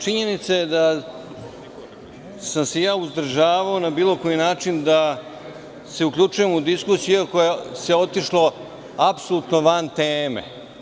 Činjenica je da sam se uzdržavao na bilo koji način da se uključujem u diskusiju koja je otišla apsolutno van teme.